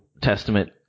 testament